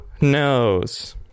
knows